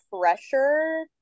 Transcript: pressure